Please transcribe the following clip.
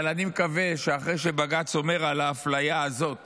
אבל אני מקווה שאחרי שבג"ץ אומר על האפליה הזאת